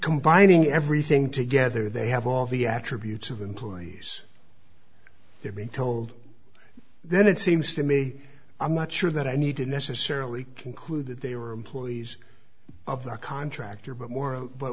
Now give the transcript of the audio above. combining everything together they have all the attributes of employees they're being told then it seems to me i'm not sure that i need to necessarily conclude that they were employees of the contractor but more